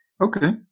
okay